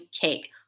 cake